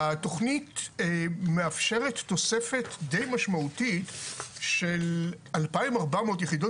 התכנית מאפשרת תוספת די משמעותית של אלפיים ארבע מאות יחידות